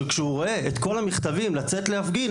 שכשהוא רואה את כל המכתבים לצאת להפגין,